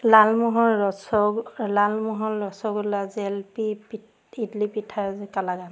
লালমোহৰ ৰচ লালমোহল ৰসগোল্লা জেলেপী পি ইডলি পিঠা কালাগান